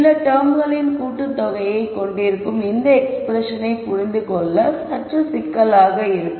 சில டெர்ம்களின் கூட்டுத்தொகையை கொண்டிருக்கும் இந்த எக்ஸ்ப்ரெஸ்ஸனை புரிந்து கொள்ள சற்று சிக்கலாக இருக்கும்